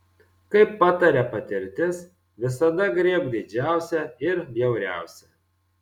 kaip pataria patirtis visada griebk didžiausią ir bjauriausią